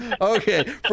Okay